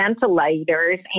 ventilators